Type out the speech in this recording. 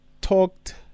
talked